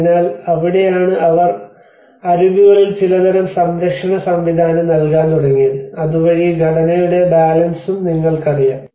അതിനാൽ അവിടെയാണ് അവർ അരികുകളിൽ ചിലതരം സംരക്ഷണം സംവിധാനം നൽകാൻ തുടങ്ങിയത് അതുവഴി ഘടനയുടെ ബാലൻസും നിങ്ങൾക്കറിയാം